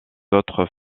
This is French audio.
autres